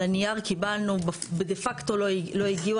על הנייר קיבלנו, דה פקטו לא הגיעו